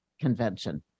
convention